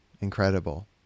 incredible